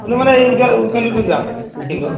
কোনো মানে এইবাৰ উইকেণ্ডতে যাওঁ উইকেণ্ডত